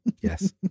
Yes